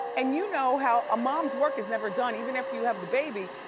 and you know how a mom's work is never done even if you have the baby,